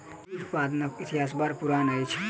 दूध उत्पादनक इतिहास बड़ पुरान अछि